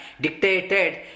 dictated